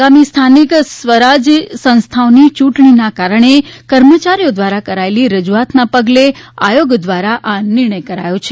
આગામી સ્થાનિક સ્વરાજ્ય સંસ્થાઓની ચૂંટણીને કારણે કર્મચારીઓ દ્વારા કરાયેલી રજૂઆતના પગલે આયોગ દ્વારા આ નિર્ણય કરાયો છે